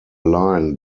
line